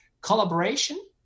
collaboration